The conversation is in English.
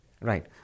Right